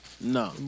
No